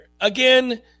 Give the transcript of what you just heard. Again